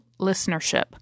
listenership